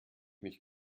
nicht